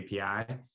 API